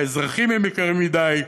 והאזרחים הם יקרים מדי,